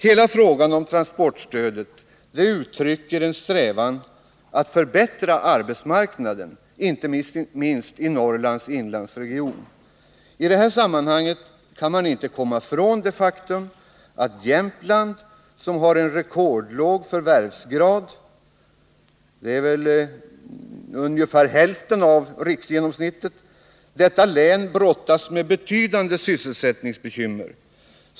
Hela frågan om transportstödet gäller en strävan att förbättra arbetsmarknaden, inte minst i Norrlands inlandsregion. I detta sammanhang kan man inte komma ifrån det faktum att Jämtland, som har en rekordlåg förvärvsgrad — den är ungefär hälften av riksgenomsnittet — brottas med betydande sysselsättningsbekymmer.